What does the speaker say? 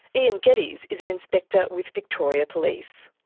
ian geddes is an inspector with victoria police.